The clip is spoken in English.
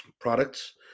products